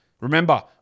Remember